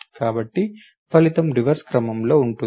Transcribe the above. కానీ ఫలితం రివర్స్ క్రమంలో ఉంటుంది